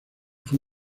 fue